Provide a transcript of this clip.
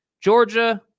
Georgia